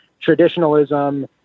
traditionalism